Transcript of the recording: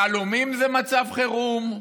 יהלומים זה מצב חירום?